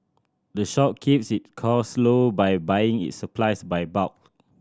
the shop keeps it cost low by buying its supplies by bulk